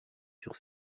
sur